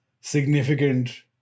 significant